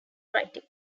writing